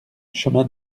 chemin